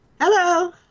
Hello